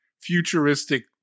futuristic